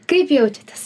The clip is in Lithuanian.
kaip jaučiatės